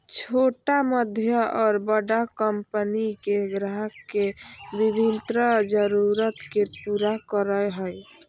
छोटा मध्य और बड़ा कंपनि के ग्राहक के विभिन्न जरूरत के पूरा करय हइ